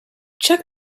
check